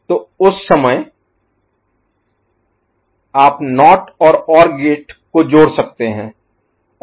तो उस समय आप NOT और OR गेट को जोड़ सकते हैं